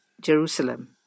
Jerusalem